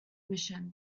mission